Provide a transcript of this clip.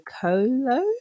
Colo